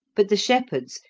but the shepherds,